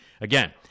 Again